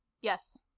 yes